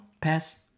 Pass